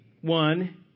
one